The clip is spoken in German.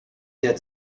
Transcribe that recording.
der